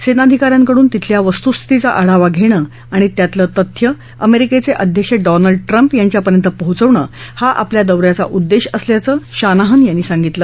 सेनाधिका यांकडून तिथल्या वस्तूस्थितीचा आढावा घेणं आणि त्यातलं तथ्य अमेरिकेचे अध्यक्ष डोनाल्ड ट्रम्प यांच्यापर्यंत पोचवणं हा आपल्या दौ याचा उद्देश असल्याचं शानाहन यांनी सांगितलं